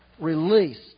released